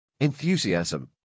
enthusiasm